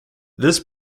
this